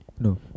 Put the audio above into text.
No